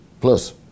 Plus